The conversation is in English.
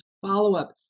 follow-up